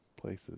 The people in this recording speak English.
places